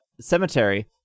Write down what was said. Cemetery